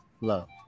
Love